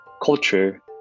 culture